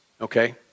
okay